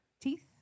Teeth